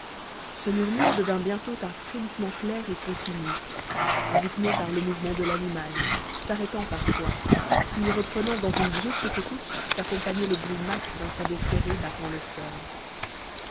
ce murmure devint bientôt un frémissement clair et continu rythmé par le mouvement de l'animal s'arrêtant parfois puis reprenant dans une brusque secousse qu'accompagnait le bruit mat d'un sabot ferré battant le sol